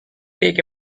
take